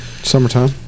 Summertime